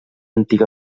antiga